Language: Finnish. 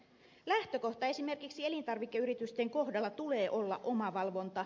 lähtökohdan esimerkiksi elintarvikeyritysten kohdalla tulee olla omavalvonta